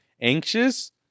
anxious